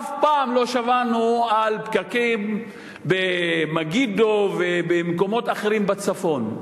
אף פעם לא שמענו על פקקים במגידו ובמקומות אחרים בצפון.